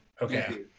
Okay